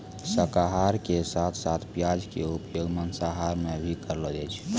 शाकाहार के साथं साथं प्याज के उपयोग मांसाहार मॅ भी करलो जाय छै